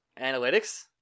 analytics